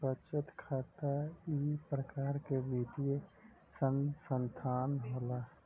बचत खाता इक परकार के वित्तीय सनसथान होला